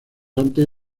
antes